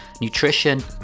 nutrition